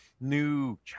new